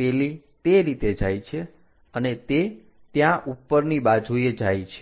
પેલી તે રીતે જાય છે અને તે ત્યાં ઉપરની બાજુએ જાય છે